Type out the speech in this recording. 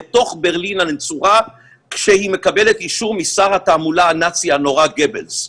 לתוך ברלין הנצורה כשהיא מקבלת אישור משר התעמולה הנאצי הנורא גבלס.